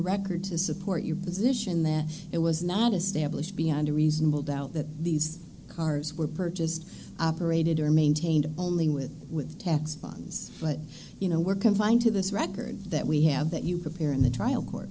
record to support your position that it was not established beyond a reasonable doubt that these cars were purchased operated or maintained only with with tax funds but you know we're confined to this record that we have that you appear in the trial court